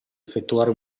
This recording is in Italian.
effettuare